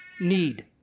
need